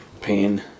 pain